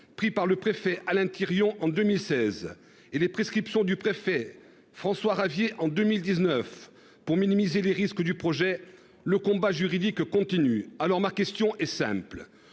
pris par le préfet, Alain Thirion en 2016 et les prescriptions du préfet François Ravier en 2019 pour minimiser les risques du projet le combat juridique continue. Alors ma question est simple,